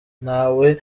ntawe